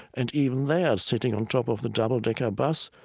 and even there, sitting on top of the double-decker bus,